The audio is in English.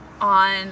on